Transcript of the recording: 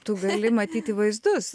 tu gali matyti vaizdus